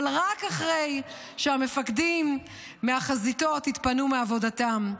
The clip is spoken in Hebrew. אבל רק אחרי שהמפקדים מהחזיתות יתפנו מעבודתם,